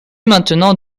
maintenant